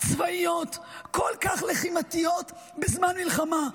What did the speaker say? כל כך לחימתיות בזמן מלחמה.